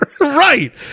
Right